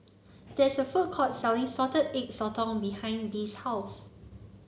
there is a food court selling Salted Egg Sotong behind Bee's house